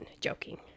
joking